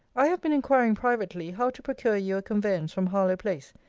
i have been inquiring privately, how to procure you a conveyance from harlowe-place,